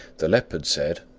the leopard said,